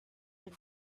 had